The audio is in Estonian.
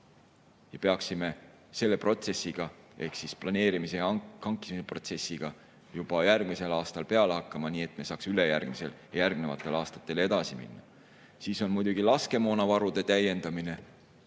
peaksime selle protsessiga ehk planeerimise ja hankimise protsessiga juba järgmisel aastal peale hakkama, nii et me saaksime ülejärgmisel ja järgnevatel aastatel edasi minna. Siis muidugi laskemoonavarude täiendamine.